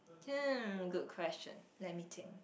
hmm good question let me think